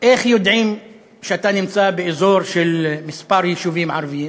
איך יודעים שאתה נמצא באזור של כמה יישובים ערביים?